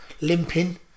limping